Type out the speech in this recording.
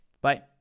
Bye